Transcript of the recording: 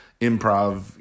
improv